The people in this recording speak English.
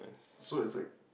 so it's like